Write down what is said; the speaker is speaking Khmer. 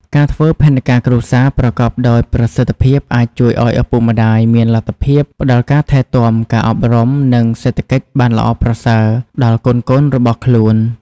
ការធ្វើផែនការគ្រួសារប្រកបដោយប្រសិទ្ធភាពអាចជួយឲ្យឪពុកម្តាយមានលទ្ធភាពផ្តល់ការថែទាំ ការអប់រំ និងសេដ្ឋកិច្ចបានល្អប្រសើរដល់កូនៗរបស់ខ្លួន។